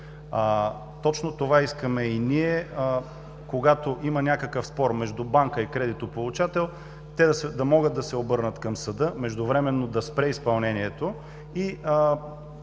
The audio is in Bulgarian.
Точно това искаме и ние, когато има някакъв спор между банка и кредитополучател, те да могат да се обърнат към съда, междувременно да спре изпълнението и